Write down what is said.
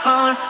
on